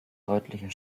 deutlicher